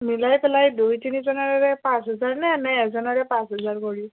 মিলাই পেলাই দুই তিনিজনৰে পাঁচ হাজাৰনে নে এজনৰে পাঁচ হাজাৰ কৰি